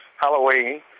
Halloween